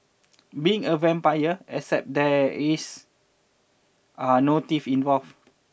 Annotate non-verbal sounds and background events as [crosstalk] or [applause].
being a vampire except that [unintelligible] are no teeth involved